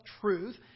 truth